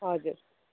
हजुर